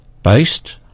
Based